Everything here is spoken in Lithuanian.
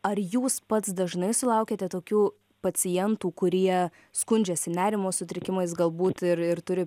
ar jūs pats dažnai sulaukiate tokių pacientų kurie skundžiasi nerimo sutrikimais galbūt ir ir turi